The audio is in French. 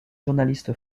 journaliste